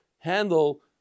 handle